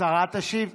השרה תשיב?